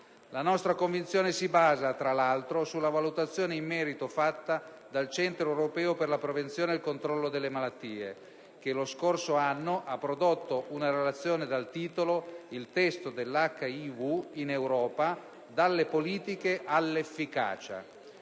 La nostra convinzione si basa tra l'altro sulla valutazione in merito fatta dal Centro europeo per la prevenzione e il controllo delle malattie, che lo scorso anno ha prodotto una relazione dal titolo «Il test HIV in *Europa***:** *dalle politiche all'efficacia»,